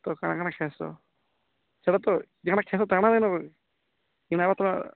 ତ କାଣା କାଣା ଖାଇସ୍ ସେଇଟା ତ